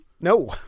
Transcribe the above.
no